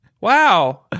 Wow